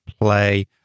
play